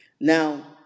Now